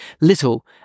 little